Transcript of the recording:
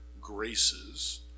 graces